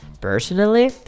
Personally